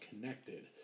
connected